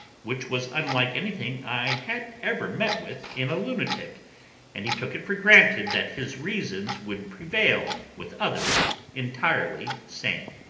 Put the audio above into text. which was unlike anything i had ever met with in a lunatic and he took it for granted that his reasons would prevail with others entirely sane.